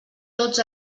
tots